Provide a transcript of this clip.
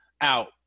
out